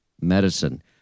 medicine